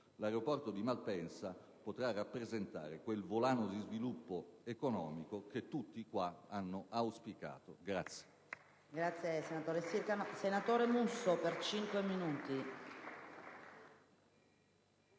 l'aeroporto di Malpensa potrà rappresentare quel volano di sviluppo economico che tutti qui hanno auspicato.